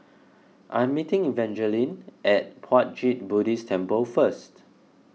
I am meeting Evangeline at Puat Jit Buddhist Temple first